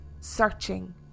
searching